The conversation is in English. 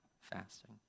fasting